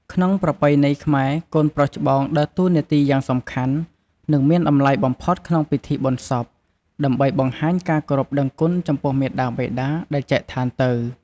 ក្នុងប្រពៃណីខ្មែរ កូនប្រុសច្បងដើរតួនាទីយ៉ាងសំខាន់ និងមានតម្លៃបំផុតក្នុងពិធីបុណ្យសព ដើម្បីបង្ហាញការគោរពដឹងគុណចំពោះមាតាបិតាដែលចែកឋានទៅ។